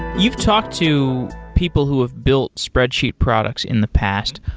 you've talked to people who have built spreadsheet products in the past.